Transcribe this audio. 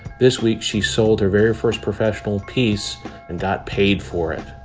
this week, she sold her very first professional piece and got paid for it.